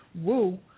Woo